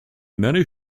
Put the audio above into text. many